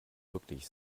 wirklich